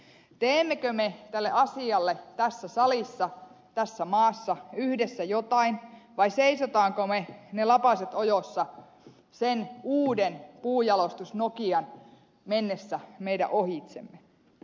teemmekö me tälle asialle tässä salissa tässä maassa yhdessä jotain vai seisommeko me lapaset ojossa sen uuden puunjalostusnokian mennessä meidän ohitsemme